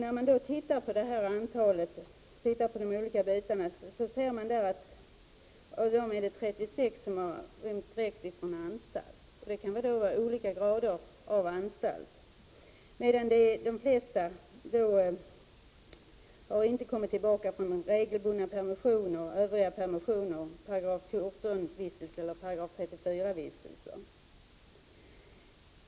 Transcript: Av dem är det 36 som har rymt direkt från anstalt, det kan vara anstalter av olika säkerhetsgrad, medan de flesta är sådana som inte har kommit tillbaka från regelbundna permissioner, övriga permissioner, § 14 vistelser eller § 34-vistelser.